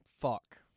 Fuck